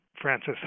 Francis